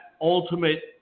ultimate